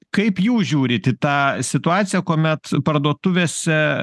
kaip jūs žiūrit į tą situaciją kuomet parduotuvėse